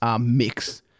mix